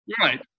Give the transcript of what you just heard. Right